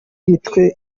mitwe